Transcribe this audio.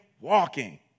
walking